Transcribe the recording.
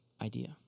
idea